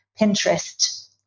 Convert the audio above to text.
pinterest